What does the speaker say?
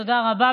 תודה רבה.